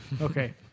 okay